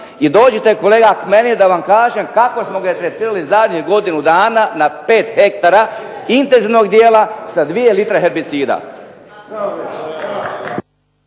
I dođite kolega meni da vam kažem kako smo ga tretirali zadnjih godinu dana na pet hektara intenzivnog dijela sa 2 litre hebricida.